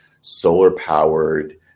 solar-powered